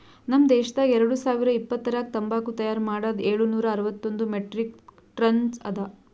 ನಮ್ ದೇಶದಾಗ್ ಎರಡು ಸಾವಿರ ಇಪ್ಪತ್ತರಾಗ ತಂಬಾಕು ತೈಯಾರ್ ಮಾಡದ್ ಏಳು ನೂರಾ ಅರವತ್ತೊಂದು ಮೆಟ್ರಿಕ್ ಟನ್ಸ್ ಅದಾ